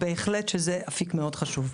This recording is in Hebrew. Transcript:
זה, בהחלט, אפיק מאוד חשוב.